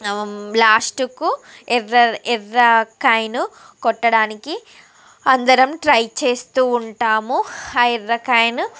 లాస్టుకు ఎర్ర ఎర్ర కాయిను కొట్టడానికి అందరం ట్రై చేస్తూ ఉంటాము ఆ ఎర్ర కాయిను